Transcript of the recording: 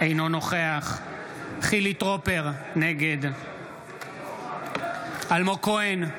אינו נוכח חילי טרופר, נגד אלמוג כהן,